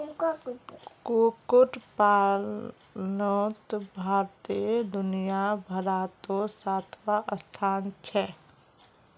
कुक्कुट पलानोत भारतेर दुनियाभारोत सातवाँ स्थान छे